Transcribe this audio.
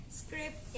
script